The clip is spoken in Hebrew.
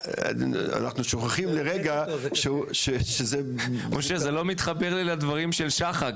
אנחנו שוכחים לרגע שזה --- משה זה לא מתחבר לי לדברים של שחק,